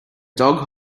dog